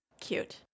Cute